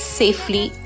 safely